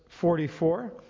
44